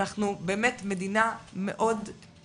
אנחנו באמת מדינה שהיא